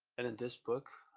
and in this book,